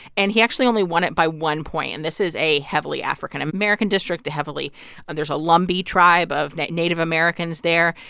and he actually only won it by one point. and this is a heavily african american district, a heavily and there's a lumbee tribe of native americans there.